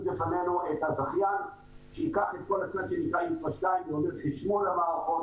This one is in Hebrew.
בפנינו את הזכיין שייקח את כל --- חשמול המערכות,